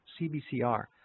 CBCR